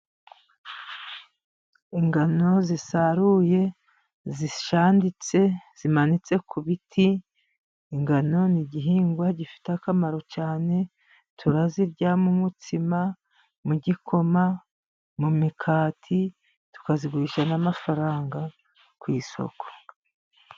Ingano zisaruye, zishanditse, zimanitse ku biti, ingano ni igihingwa gifite akamaro cyane, tuziryamo umutsima, mu gikoma, mu migati, tukazigurisha n'amafaranga ku isoko.